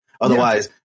otherwise